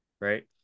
right